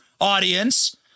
audience